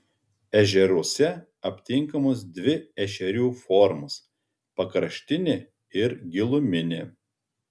ežeruose aptinkamos dvi ešerių formos pakraštinė ir giluminė